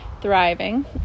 Thriving